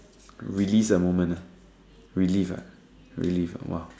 release a moment ah relief ah relief !wow!